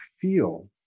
feel